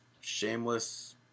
shameless